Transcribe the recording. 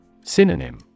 synonym